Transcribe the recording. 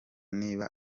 niba